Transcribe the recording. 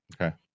Okay